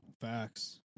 Facts